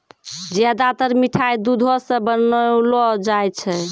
ज्यादातर मिठाय दुधो सॅ बनौलो जाय छै